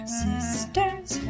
sisters